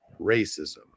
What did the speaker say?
racism